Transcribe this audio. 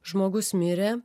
žmogus mirė